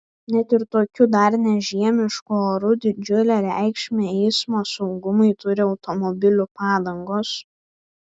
net ir tokiu dar ne žiemišku oru didžiulę reikšmę eismo saugumui turi automobilių padangos